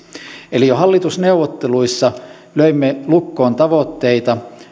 eli jo hallitusneuvotteluissa löimme lukkoon tavoitteita